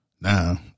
Now